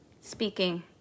speaking